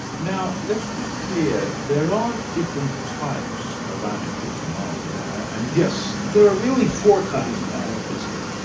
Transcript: now let's be clear there are different types of anarchism, aren't there? and yes. there are really four kinds of anarchism.